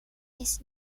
his